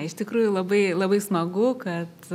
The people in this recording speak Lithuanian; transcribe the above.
iš tikrųjų labai labai smagu kad